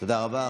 תודה רבה.